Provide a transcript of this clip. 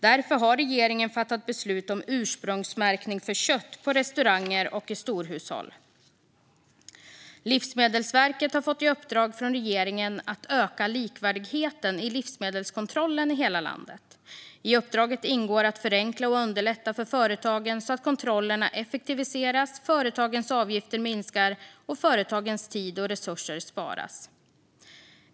Därför har regeringen fattat beslut om ursprungsmärkning för kött på restauranger och i storhushåll. Livsmedelsverket har fått i uppdrag från regeringen att öka likvärdigheten i livsmedelskontrollen i hela landet. I uppdraget ingår att förenkla och underlätta för företagen så att kontrollerna effektiviseras, företagens avgifter minskar och företagens tid och resurser sparas.